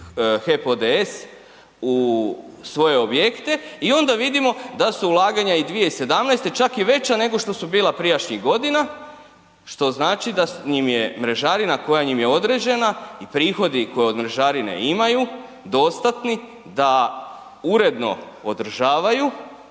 HEP ODS u svoje objekte i onda vidimo da su ulaganja i 2017. čak i veća nego što su bila prijašnjih godina što znači da im je mrežarina koja im je određena i prihodi koje od mrežarine imaju dostatni da uredno održavaju